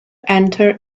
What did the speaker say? enter